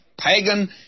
pagan